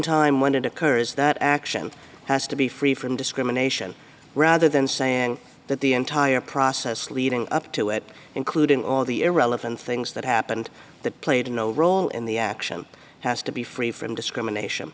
time when it occurs that action has to be free from discrimination rather than saying that the entire process leading up to it including all the irrelevant things that happened that played no role in the action has to be free from discrimination